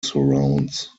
surrounds